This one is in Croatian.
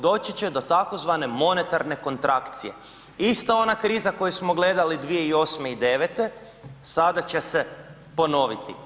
Doći se do tzv. monetarne kontrakcije, ista ona kriza koju smo gledali 2008. i '09.-te sada će se ponoviti.